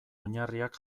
oinarriak